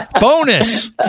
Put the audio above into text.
Bonus